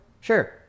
sure